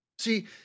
See